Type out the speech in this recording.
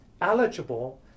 eligible